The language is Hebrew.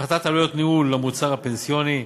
הפחת עלויות ניהול למוצר הפנסיוני,